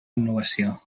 innovació